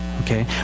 Okay